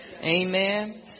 Amen